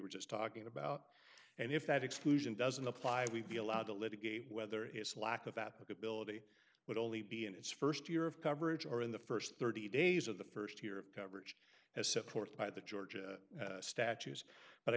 were just talking about and if that exclusion doesn't apply we'd be allowed to litigate whether it's lack of applicability would only be in its first year of coverage or in the first thirty days of the first year of coverage as set forth by the georgia statues but i